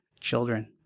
children